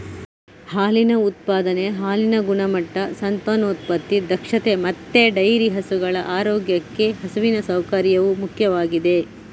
ಹಾಲಿನ ಉತ್ಪಾದನೆ, ಹಾಲಿನ ಗುಣಮಟ್ಟ, ಸಂತಾನೋತ್ಪತ್ತಿ ದಕ್ಷತೆ ಮತ್ತೆ ಡೈರಿ ಹಸುಗಳ ಆರೋಗ್ಯಕ್ಕೆ ಹಸುವಿನ ಸೌಕರ್ಯವು ಮುಖ್ಯವಾಗಿದೆ